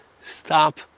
stop